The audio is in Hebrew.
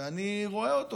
ואני רואה אותו.